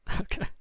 Okay